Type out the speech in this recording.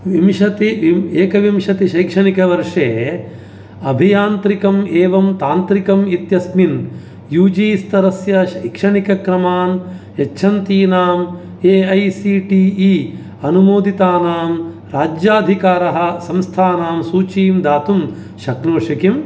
विंशति विं एक विंशति शैक्षणिकवर्षे अभियान्त्रिकम् एवं तान्त्रिकम् इत्यस्मिन् यू जी स्तरस्य शैक्षणिकक्रमान् यच्छन्तीनां A I C T E अनुमोदितानां राज्याधिकारः संस्थानां सूचीं दातुं शक्नोषि किम्